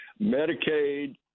Medicaid